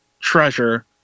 treasure